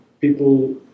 people